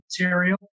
material